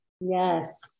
Yes